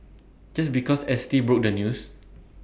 just because S T broke the news